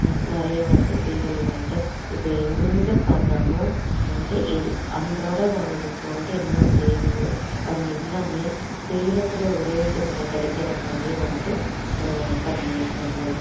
நிறையா வசதிகள் வந்துட்டு இப்போ எங்கே பார்த்தாலும் வந்துட்டு அன்றாட வாழ்வுக்கு வந்துட்டு என்னென்ன தேவையோ அது எல்லாம் சேலத்தில் ஒரே இடத்துல கிடைக்கிற மாதிரியே வந்துட்டு பண்ணியிருக்காங்க